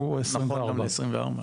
הוא 2024. נכון, גם זה ל-2024.